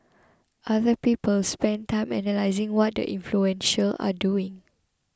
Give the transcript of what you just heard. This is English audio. other people spend time analysing what the influential are doing